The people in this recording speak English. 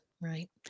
right